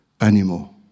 anymore